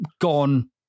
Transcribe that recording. gone